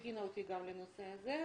היא הכינה אותי גם לנושא הזה,